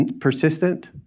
persistent